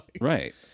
right